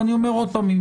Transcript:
ואני אומר עוד פעם,